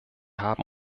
haben